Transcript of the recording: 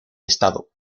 estado